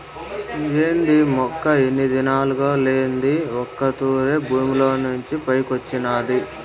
ఏంది మొక్క ఇన్ని దినాలుగా లేంది ఒక్క తూరె భూమిలోంచి పైకొచ్చినాది